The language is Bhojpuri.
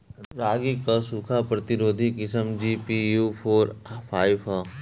रागी क सूखा प्रतिरोधी किस्म जी.पी.यू फोर फाइव ह?